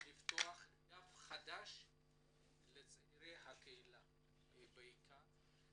לפתוח דף חדש לצעירי הקהילה בעיקר.